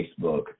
Facebook